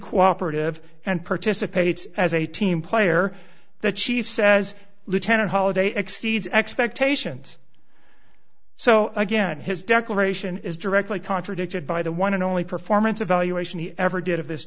cooperative and participates as a team player the chief says lieutenant holiday exceeds expectations so again his declaration is directly contradicted by the one and only performance evaluation he ever did of this